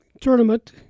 tournament